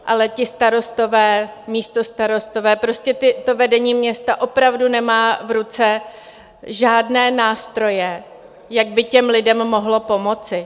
Ale ti starostové, místostarostové, prostě vedení města opravdu nemá v ruce žádné nástroje, jak by těm lidem mohlo pomoci.